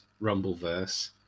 Rumbleverse